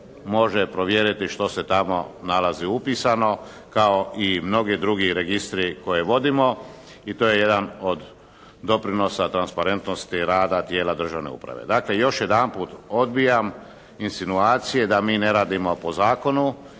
može provjeriti što se tamo nalazi upisano kao i mnogi drugi registri koje vodimo. I to je jedan od doprinosa transparentnosti rada tijela državne uprave. Dakle, još jedanput odbijam insinuacije da mi ne radimo po zakonu